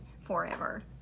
forever